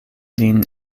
lin